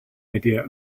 idea